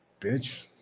Bitch